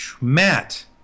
Matt